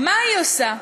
מה היא עושה?